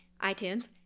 iTunes